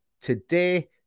today